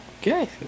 Okay